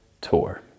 tour